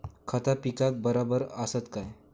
खता पिकाक बराबर आसत काय?